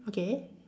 okay